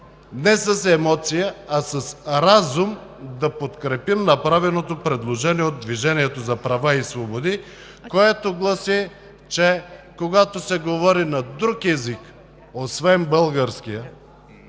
не с емоция, а с разум да подкрепим направеното предложение от „Движението за права и свободи“, което гласи, че когато се говори на друг език, освен българския,